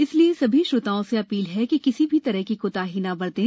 इसलिए सभी श्रोताओं से अधील है कि किसी भी तरह की कोताही न बरतें